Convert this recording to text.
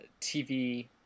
TV